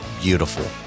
beautiful